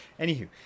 Anywho